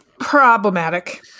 problematic